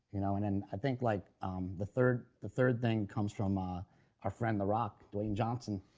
you know and and i think like um the third the third thing comes from ah our friend the rock, dwayne johnson,